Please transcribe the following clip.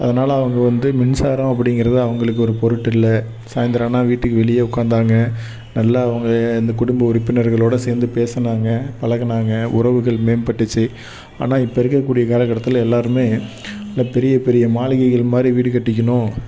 அதனால அவங்க வந்து மின்சாரம் அப்படிங்கிறத அவங்களுக்கு ஒரு பொருட்டு இல்லை சாயந்தரம் ஆனால் வீட்டுக்கு வெளியே உட்காந்தாங்க நல்லா அவங்க இந்த குடும்ப உறுப்பினர்களோடு சேர்ந்து பேசினாங்க பழகுனாங்க உறவுகள் மேம்பட்டுச்சு ஆனால் இப்போ இருக்கக்கூடிய காலகட்டத்தில் எல்லோருமே நல்ல பெரிய பெரிய மாளிகைகள் மாதிரி வீடு கட்டிக்கணும்